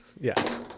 yes